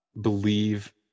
believe